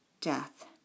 death